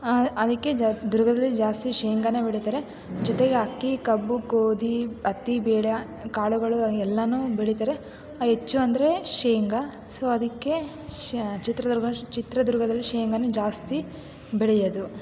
ಅದ್ಕೆ ಜ್ ದುರ್ಗಾದಲ್ಲಿ ಜಾಸ್ತಿ ಶೇಂಗನೆ ಬೆಳೀತಾರೆ ಜೊತೆಗೆ ಅಕ್ಕಿ ಕಬ್ಬು ಗೋಧಿ ಹತ್ತಿ ಬೇಳೆ ಕಾಳುಗಳು ಎಲ್ಲ ಬೆಳಿತಾರೆ ಹೆಚ್ಚು ಅಂದರೆ ಶೇಂಗ ಸೊ ಅದಕ್ಕೆ ಶೆ ಚಿತ್ರದುರ್ಗ ಚಿತ್ರದುರ್ಗದಲ್ಲಿ ಶೇಂಗನೇ ಜಾಸ್ತಿ ಬೆಳಿಯೋದು